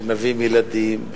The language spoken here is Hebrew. שמביאים ילדים,